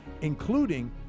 including